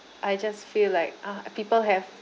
I just feel like uh people have